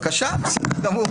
בבקשה, בסדר גמור.